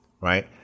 right